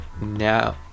now